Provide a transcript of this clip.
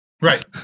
Right